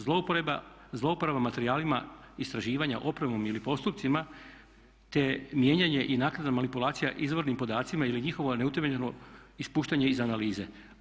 Zlouporaba materijalima istraživanja opremom ili postupcima te mijenjanje i naknadna manipulacija izvornim podacima ili njihovo neutemeljeno ispuštanje iz analize.